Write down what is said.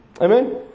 Amen